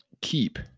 keep